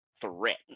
threat